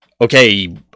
okay